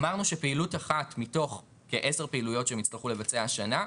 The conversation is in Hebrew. אמרנו שפעילות אחת מתוך כ-10 פעילויות שהן יצטרכו לבצע השנה,